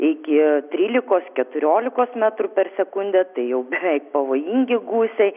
iki trylikos keturiolikos metrų per sekundę tai jau beveik pavojingi gūsiai